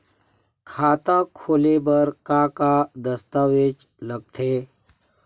खाता खोले बर का का दस्तावेज लगथे?